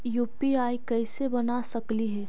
UPI कैसे बना सकली हे?